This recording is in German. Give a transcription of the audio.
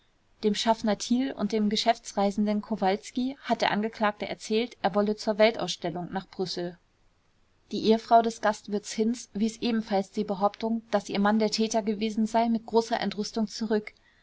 dem schaffner thiel und dem geschäftsreisenden kowalski hat der angeklagte erzählt er wolle zur weltausstellung nach brüssel die ehefrau des gastwirts hinz wies ebenfalls die behauptung daß ihr mann der täter gewesen sei mit großer entrüstung zurück